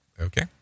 Okay